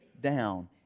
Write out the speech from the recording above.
down